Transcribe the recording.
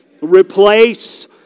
replace